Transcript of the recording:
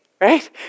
right